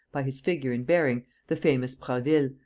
by his figure and bearing, the famous prasville,